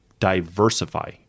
diversify